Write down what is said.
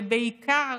ובעיקר,